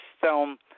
film